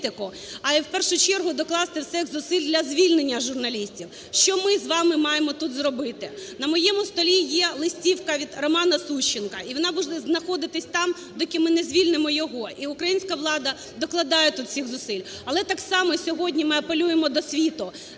а і, в першу чергу, докласти всіх зусиль для звільнення журналістів, що ми з вами маємо тут зробити. На моєму столі є листівка від Романа Сущенка. І вона буде знаходитись там, доки ми не звільнимо його, і українська влада докладає тут всіх зусиль. Але так само сьогодні ми апелюємо до світу,